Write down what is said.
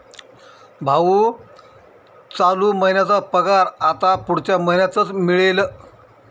भाऊ, चालू महिन्याचा पगार आता पुढच्या महिन्यातच मिळेल